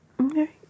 Okay